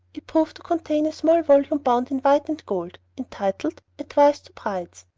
it proved to contain a small volume bound in white and gold, entitled, advice to brides.